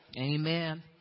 amen